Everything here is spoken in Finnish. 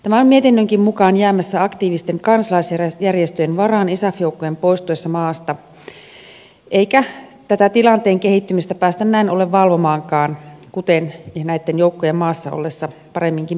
tämä on mietinnönkin mukaan jäämässä aktiivisten kansalaisjärjestöjen varaan isaf joukkojen poistuessa maasta eikä tilanteen kehittymistä päästä näin ollen valvomaankaan kuten näitten joukkojen maassa ollessa paremminkin pystytään